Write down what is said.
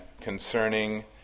concerning